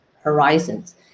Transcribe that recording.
horizons